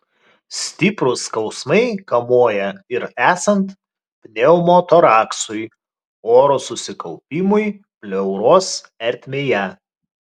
stiprūs skausmai kamuoja ir esant pneumotoraksui oro susikaupimui pleuros ertmėje